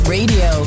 Radio